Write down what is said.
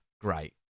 Great